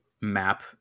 map